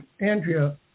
Andrea